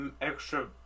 extra